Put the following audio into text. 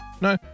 no